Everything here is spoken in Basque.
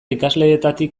ikasleetatik